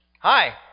Hi